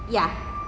ya